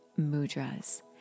mudras